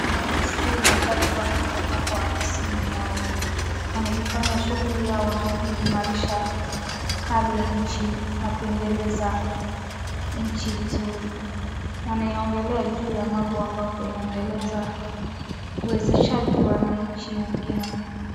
Rais huyu na jaji wake wako kwa ofisini mwao, wanaifanya shughuli yao na kuimarisha hali ya nchi na kuendeleza nchi vizuri. Wanaiongelea juu ya mambo ambapo inaendeleza uwezeshaji wa manchi mengine.